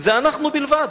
זה אנחנו בלבד.